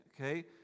Okay